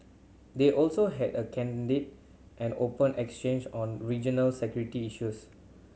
they also had a candid and open exchange on regional security issues